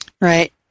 Right